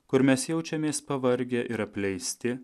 kur mes jaučiamės pavargę ir apleisti